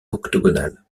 octogonal